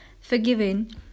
forgiving